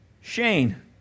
Shane